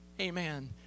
amen